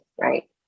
Right